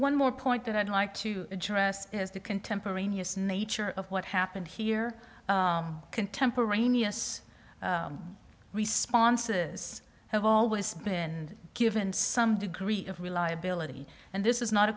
one more point that i'd like to address is the contemporaneous nature of what happened here contemporaneous responses have always been given some degree of reliability and this is not